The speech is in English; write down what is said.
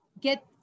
get